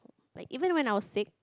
like even when I was six